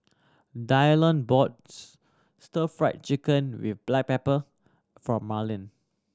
Dylon bought Stir Fried Chicken with black pepper for Marlin